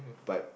but